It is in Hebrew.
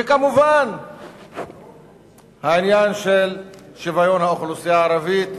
וכמובן העניין של שוויון האוכלוסייה הערבית,